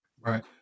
Right